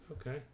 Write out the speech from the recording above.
Okay